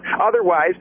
Otherwise